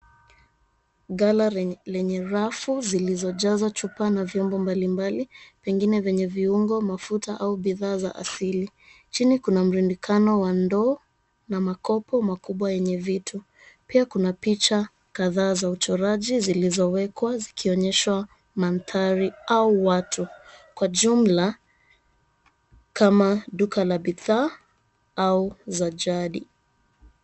Ghala yenye rafu zilizojazwa chupa mbalimbali pengine yenye viungo au bidhaa za asili, chini kuna mrundikano wa ndoo na makopo makubwa yenye vitu, pia kuna picha kadhaa za uchoraji zilizowekwa zikionyesha maandhari au watu kwa jumla kama duka la bidhaa au za jadi.